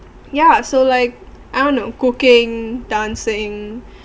ya so like I don't know cooking dancing